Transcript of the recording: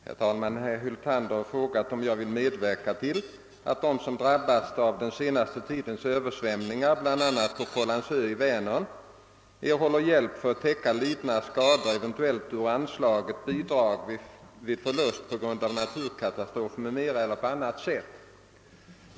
Herr talman! Herr Hyltander har frågat om jag vill medverka till att de som drabbats av den senaste tidens översvämningar, bl.a. på Kållandsö i Vänern, erhåller hjälp för att täcka lidna skador eventuellt ur anslaget Bidrag vid förlust på grund av naturkatastrof m.m. eller på annat sätt.